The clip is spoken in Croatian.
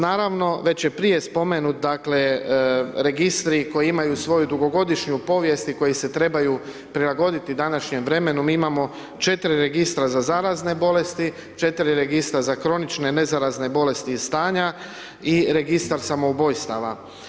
Naravno, već je prije spomenut, dakle, registri koji imaju svoju dugogodišnju povijest i koji se trebaju prilagoditi današnjem vremenu, mi imamo 4 registra za zarazne bolesti, 4 registra za kronične nezarazne bolesti i stanja i registar samoubojstava.